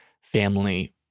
family